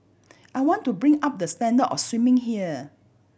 I want to bring up the standard of swimming here